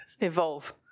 evolve